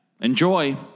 Enjoy